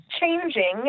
changing